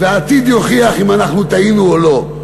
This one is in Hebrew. והעתיד יוכיח אם אנחנו טעינו או לא.